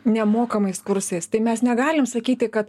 nemokamais kursais tai mes negalim sakyti kad